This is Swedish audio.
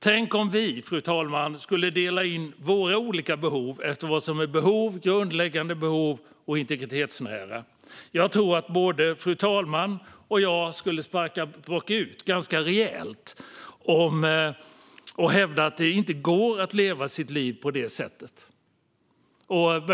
Tänk om vi, fru talman, skulle dela in våra olika behov efter vad som är behov, grundläggande behov och integritetsnära! Jag tror att både fru talmannen och jag skulle sparka bakut ganska rejält och hävda att det inte går att leva sitt liv på det sättet.